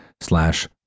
slash